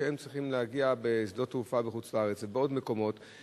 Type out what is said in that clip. כשהם צריכים להגיע לשדות תעופה בחוץ-לארץ או לעוד מקומות,